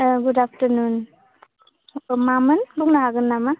ए गुड आफथारनुन मामोन बुंनो हागोन नामा